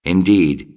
Indeed